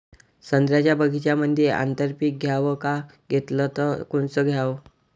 संत्र्याच्या बगीच्यामंदी आंतर पीक घ्याव का घेतलं च कोनचं घ्याव?